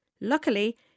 Luckily